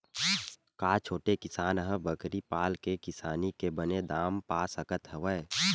का छोटे किसान ह बकरी पाल के किसानी के बने दाम पा सकत हवय?